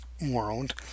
world